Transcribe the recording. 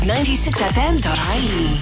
96fm.ie